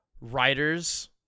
writers